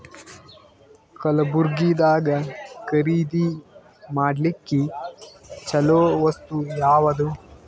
ಕಲಬುರ್ಗಿದಾಗ ಖರೀದಿ ಮಾಡ್ಲಿಕ್ಕಿ ಚಲೋ ವಸ್ತು ಯಾವಾದು?